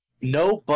No